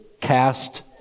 cast